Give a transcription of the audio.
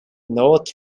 north